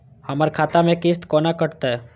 हमर खाता से किस्त कोना कटतै?